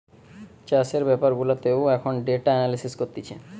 চাষের বেপার গুলাতেও এখন ডেটা এনালিসিস করতিছে